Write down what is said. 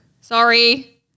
Sorry